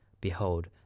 Behold